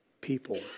people